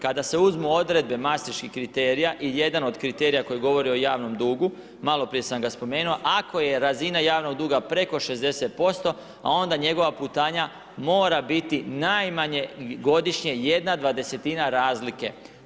Kada se uzmu odredbe maseških kriterija i jedan od kriterija koji govori o javnom dugu, maloprije sam ga spomenuo, ako je razina javnog duga preko 60% a onda njegova putanja mora biti najmanje godišnje 1,20-tina razlike.